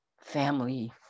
family